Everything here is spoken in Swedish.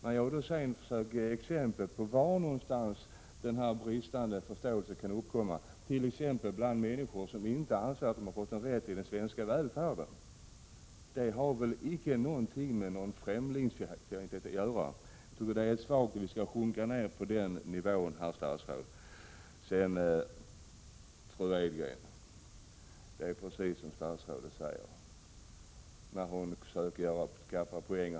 När jag sedan försöker ge exempel på var denna brist på förståelse kan uppstå, t.ex. bland människor som inte anser att de fått del av den svenska välfärden, har det väl inget med främlingsfientlighet att göra. Jag tycker det är svagt att vi skall sjunka ner på den nivån, herr statsråd. För övrigt är det precis som statsrådet säger, för att försöka skaffa poäng.